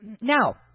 Now